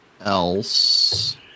else